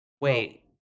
Wait